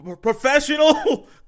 professional